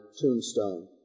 tombstone